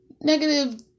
negative